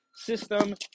system